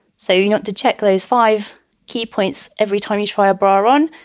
so you got to check those five key points every time you try a bra on.